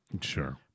Sure